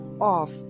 off